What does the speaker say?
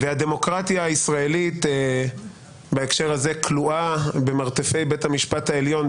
והדמוקרטיה הישראלית בהקשר הזה כלואה במרתפי בית המשפט העליון,